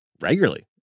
regularly